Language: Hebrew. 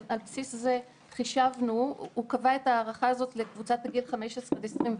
הוא קבע את ההערכה הזאת לקבוצת הגיל 15 עד 24,